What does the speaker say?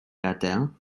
gadael